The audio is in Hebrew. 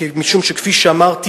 משום שכפי שאמרתי,